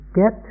get